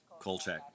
Kolchak